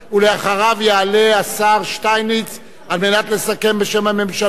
ואחריו יעלה השר שטייניץ לסכם בשם הממשלה.